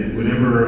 Whenever